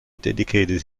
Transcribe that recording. dedicated